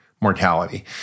mortality